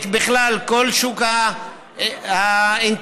בכלל, כל שוק האינטרנט,